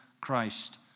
Christ